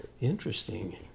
Interesting